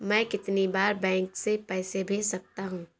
मैं कितनी बार बैंक से पैसे भेज सकता हूँ?